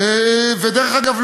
ודרך אגב,